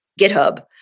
GitHub